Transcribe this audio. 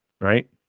right